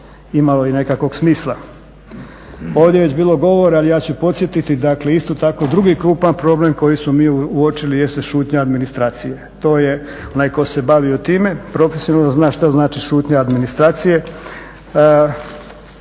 imalo i nekakvog smisla. Ovdje je već bilo govora ali ja ću podsjetiti dakle isto tako drugi krupan problem koji smo mi uočili jeste šutnja administracije. To je onaj tko se bavio time profesionalno zna šta znači šutnja administracije.